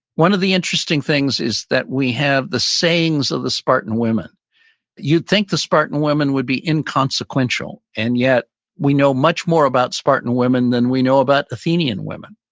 one of the interesting things is that we have the sayings of the spartan women you'd think the spartan women would be inconsequential and yet we know much more about spartan women than we know about athenian women.